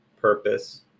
purpose